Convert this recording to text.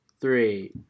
three